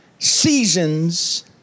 seasons